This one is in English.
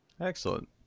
excellent